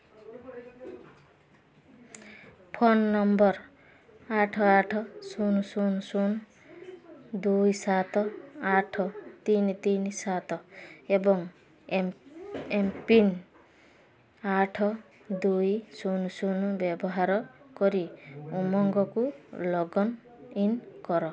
phone number ଆଠ ଆଠ ଶୂନ ଶୂନ ଶୂନ ଦୁଇ ସାତ ଆଠ ତିନି ତିନି ସାତ ଏବଂ ଏମ୍ ଏମ୍ପିନ୍ ଆଠ ଦୁଇ ଶୂନ ଶୂନ ବ୍ୟବହାର କରି ଉମଙ୍ଗକୁ ଲଗ୍ଇନ୍ କର